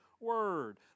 word